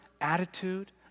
attitude